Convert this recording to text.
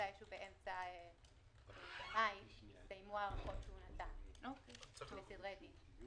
באמצע מאי הסתיימו ההארכות שהוא נתן לסדרי דין.